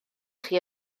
chi